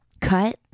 Cut